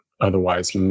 otherwise